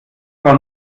war